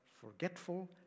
forgetful